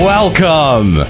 Welcome